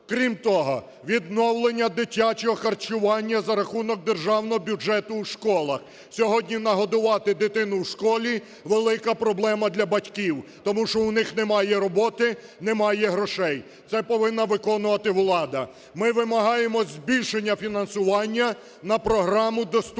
Крім того, відновлення дитячого харчування за рахунок Державного бюджету в школах. Сьогодні нагодувати дитину в школі – велика проблема для батьків, тому що в них немає роботи, немає грошей. Це повинна виконувати влада. Ми вимагаємо збільшення фінансування на програму "Доступні